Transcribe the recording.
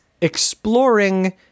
exploring